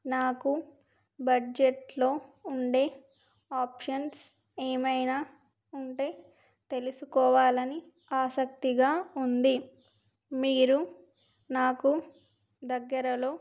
నాకు బడ్జెట్లో ఉండే ఆప్షన్స్ ఏమైనా ఉంటే తెలుసుకోవాలని ఆసక్తిగా ఉంది మీరు నాకు దగ్గరలో